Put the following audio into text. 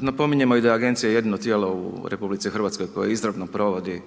Napominjemo i da je agencija jedino tijelo u RH koje izravno provodi